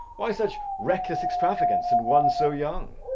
why such reckless extravagance in one so young?